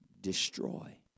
destroy